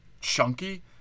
chunky